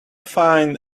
find